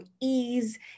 ease